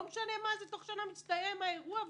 תוך שנה מסתיים האירוע,